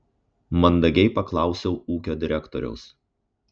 mandagiai paklausiau ūkio direktoriaus